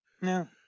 No